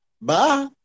Bye